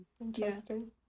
Interesting